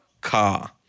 Car